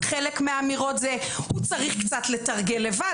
חלק מהאמירות זה הוא צריך קצת לתרגל לבד.